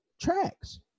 tracks